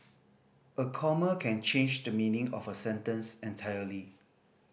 a comma can change the meaning of a sentence entirely